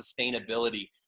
sustainability